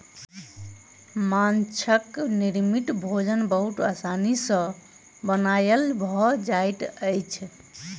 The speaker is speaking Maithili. माँछक निर्मित भोजन बहुत आसानी सॅ बनायल भ जाइत अछि